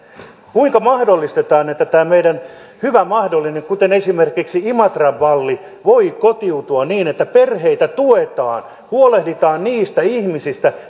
kuinka mahdollistetaan että tämä meidän hyvä mahdollinen esimerkiksi imatran malli voi kotiutua niin että perheitä tuetaan huolehditaan niistä ihmisistä